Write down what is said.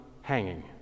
hanging